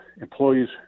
employees